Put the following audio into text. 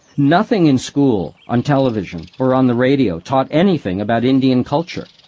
nothing in school, on television, or on the radio taught anything about indian culture.